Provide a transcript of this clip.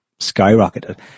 skyrocketed